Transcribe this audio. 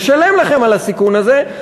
נשלם לכם על הסיכון הזה.